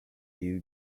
doo